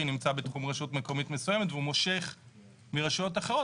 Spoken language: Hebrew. נמצא בתחום רשות מקומית מסוימת והוא מושך מרשויות אחרות,